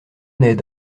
ned